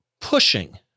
pushing